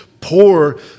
poor